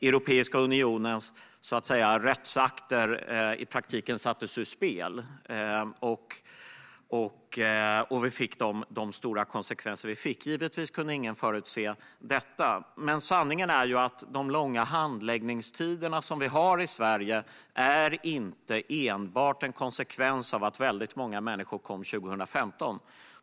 Europeiska unionens rättsakter sattes i praktiken ur spel, och vi fick de stora konsekvenser vi fick. Givetvis kunde ingen förutse detta. Men sanningen är att de långa handläggningstider som vi har i Sverige inte enbart är en konsekvens av att väldigt många människor kom 2015.